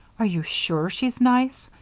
are you sure she's nice?